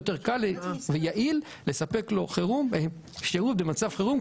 יותר קל ויעיל לספק לו שירות במצב חירום.